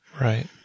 Right